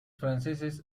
franceses